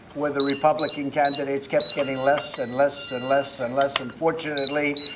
where the republican candidates kept getting less and less and less and less. and fortunately,